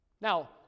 Now